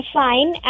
fine